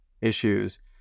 issues